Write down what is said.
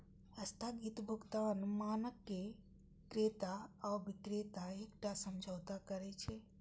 स्थगित भुगतान मानक मे क्रेता आ बिक्रेता एकटा समझौता करै छै